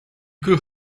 could